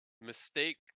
mistake